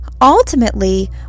Ultimately